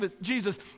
Jesus